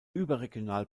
überregional